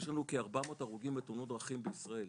יש לנו כ-400 הרוגים בתאונות דרכים בישראל,